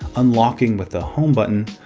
unlocking with the home button,